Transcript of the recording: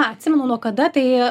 atsimenu nuo kada tai